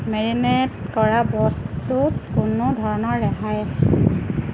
marinate কৰা বস্তুত কোনো ধৰণৰ ৰেহাই